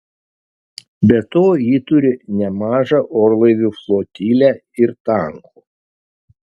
be to ji turi nemažą orlaivių flotilę ir tankų